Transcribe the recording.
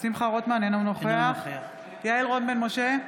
אינו נוכח יעל רון בן משה,